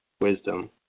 wisdom